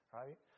right